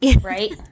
Right